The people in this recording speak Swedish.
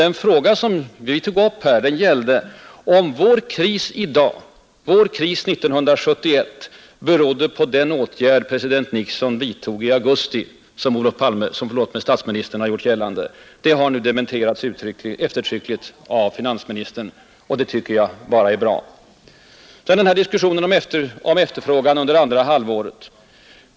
Den fråga som jag tog upp i dag gällde emellertid om vår kris år 1971 berodde på den åtgärd president Nixon vidtog i augusti, vilket statsministern som bekant gjort gällande. Detta har nu eftertryckligt dementerats av finansministern. Det tycker jag är bra. Så några ord om diskussionen om konsumenternas efterfrågan under andra halvåret.